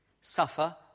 suffer